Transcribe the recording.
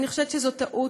אני חושבת שזאת טעות.